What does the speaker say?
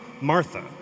Martha